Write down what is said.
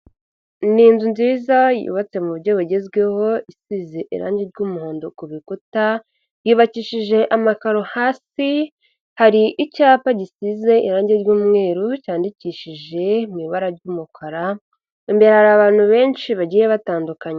Ni inzu nziza yubatse mu buryo bugezweho, isize irangi ry'umuhondo ku bikuta, yubakishije amakaro hasi, hari icyapa gisize irangi ry'umweru cyandikishije mu ibara ry'umukara, imbere hari abantu benshi bagiye batandukanye.